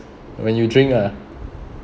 when you drink ah